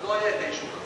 ולא היה את האישור הזה.